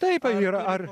taip ir ar